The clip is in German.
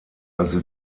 als